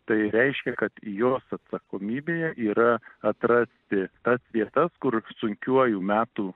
tai reiškia kad jos atsakomybėje yra atrasti tas vietas kur sunkiuoju metų